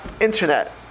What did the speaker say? internet